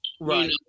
Right